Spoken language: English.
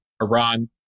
Iran